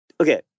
Okay